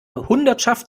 hundertschaft